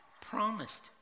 promised